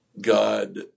God